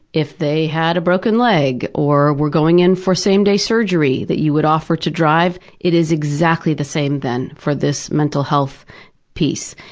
if they had a broken leg or were going in for same-day surgery, that you would offer to drive it is exactly the same then for this mental health piece.